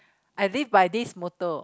I live by this moto